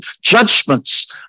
judgments